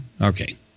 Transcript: Okay